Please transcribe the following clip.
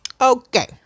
Okay